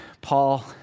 Paul